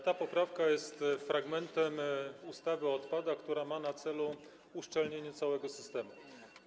Ta poprawka jest fragmentem ustawy o odpadach, która ma na celu uszczelnienie całego systemu.